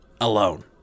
alone